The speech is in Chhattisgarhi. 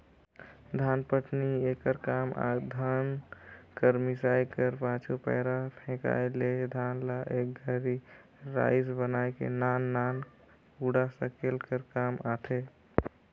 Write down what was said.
धानपटनी एकर काम धान कर मिसाए कर पाछू, पैरा फेकाए ले धान ल एक घरी राएस बनाए के नान नान कूढ़ा सकेले कर काम आथे